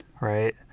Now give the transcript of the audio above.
right